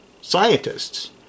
scientists